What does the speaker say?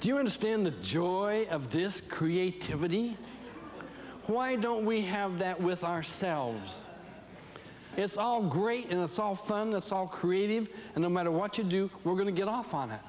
do you understand the joy of this creativity why don't we have that with ourselves it's all great and it's all fun that's all creative and no matter what you do we're going to get off on it